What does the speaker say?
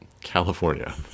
California